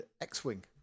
X-Wing